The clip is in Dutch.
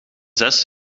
zes